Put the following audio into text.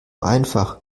einfach